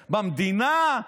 במדינה?